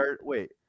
wait